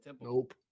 Nope